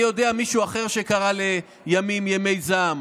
אני יודע על מישהו אחר שקרא לימים "ימי זעם".